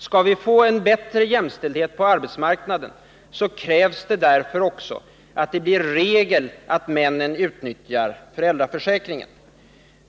Skall vi få en bättre jämställdhet på arbetsmarknaden, krävs det därför också att det blir regel att männen utnyttjar föräldraförsäkringen.